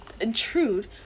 intrude